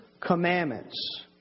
commandments